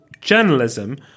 journalism